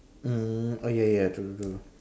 err oh ya ya true true true